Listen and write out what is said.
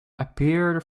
appeared